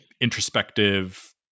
introspective